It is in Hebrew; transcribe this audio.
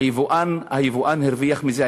היבואן הרוויח מזה.